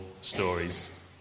stories